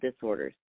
disorders